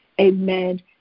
amen